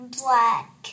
black